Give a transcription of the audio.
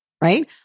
right